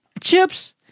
Chips